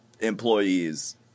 employees